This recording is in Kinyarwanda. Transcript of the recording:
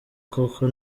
koko